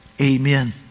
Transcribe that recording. amen